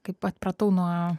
kaip atpratau nuo